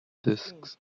discs